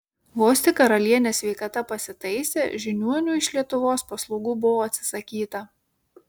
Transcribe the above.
vos tik karalienės sveikata pasitaisė žiniuonių iš lietuvos paslaugų buvo atsisakyta